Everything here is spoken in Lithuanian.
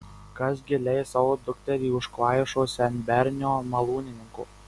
kas gi leis savo dukterį už kvaišo senbernio malūnininko